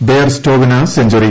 bear സ്റ്റോവിന് century